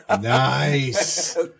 Nice